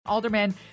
Alderman